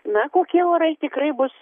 na kokie orai tikrai bus